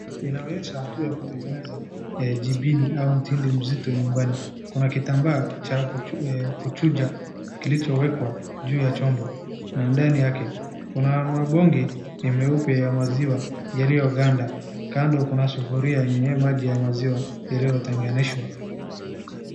Inaonyesha hatua ya kutengeneza jibini ama mtindi mzito nyumbani. Kuna kitambaa cha kuchuja kilichowekwa juu ya chombo na ndani yake kuna chombo na mabonge meupe ya maziwa yaliyoganda, kando kuna sufuria yenye maji ya maziwa iliyotenganishwa.